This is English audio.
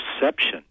perception